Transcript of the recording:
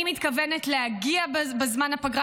אני מתכוונת להגיע לכנסת בזמן הפגרה,